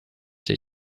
they